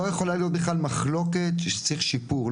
לא יכולה להיות בכלל מחלוקת שצריך שיפור,